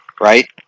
right